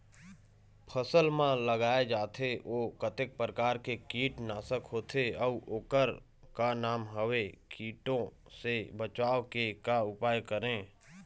फसल म लगाए जाथे ओ कतेक प्रकार के कीट नासक होथे अउ ओकर का नाम हवे? कीटों से बचाव के का उपाय करें?